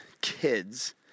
kids